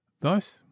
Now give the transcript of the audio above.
Thus